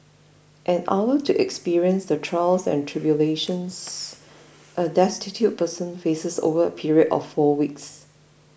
an hour to experience the trials and tribulations a destitute person faces over a period of four weeks